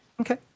Okay